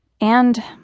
And